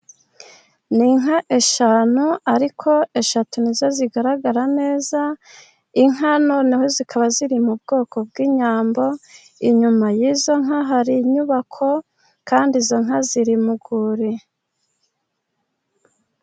Ni inka eshanu ariko eshatu ni zo zigaragara neza. Inka noneho zikaba ziri mu bwoko bw'inyambo. Inyuma y'izo nka hari inyubako kandi izo nka ziri mu rwuri.